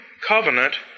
covenant